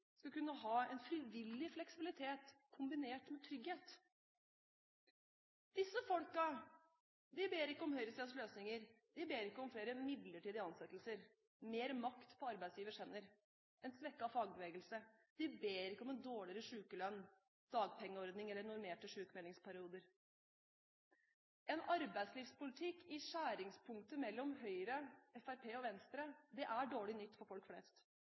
skal kunne ha en frivillig fleksibilitet kombinert med trygghet. Disse folkene ber ikke om høyresidens løsninger, de ber ikke om flere midlertidige ansettelser, mer makt på arbeidsgivers hender og en svekket fagbevegelse. De ber ikke om en dårligere sykelønn og dagpengeordning eller normerte sykemeldingsperioder. En arbeidslivspolitikk i skjæringspunktet mellom Høyre, Fremskrittspartiet og Venstre er dårlig nytt for folk flest.